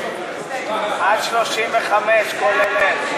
עד 35 כולל.